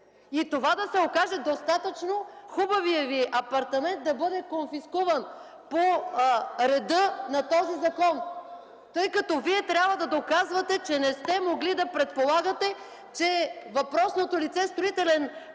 И това да се окаже достатъчно хубавият Ви апартамент да бъде конфискуван по реда на този закон, тъй като Вие трябва да доказвате, че не сте могли да предполагате, че въпросното лице – строителен